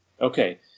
Okay